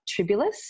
tribulus